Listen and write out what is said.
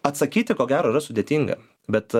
atsakyti ko gero yra sudėtinga bet